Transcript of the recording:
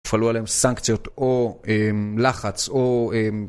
תופעלו עליהם סנקציות, או לחץ, או...